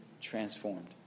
transformed